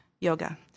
yoga